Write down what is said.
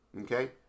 Okay